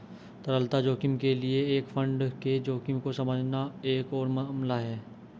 तरलता जोखिम के लिए एक फंड के जोखिम को समझना एक और मामला है